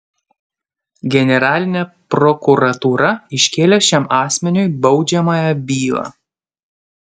generalinė prokuratūra iškėlė šiam asmeniui baudžiamąją bylą